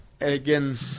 again